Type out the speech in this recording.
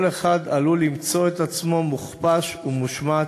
כל אחד עלול למצוא את עצמו מוכפש ומושמץ.